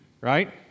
right